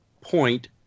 point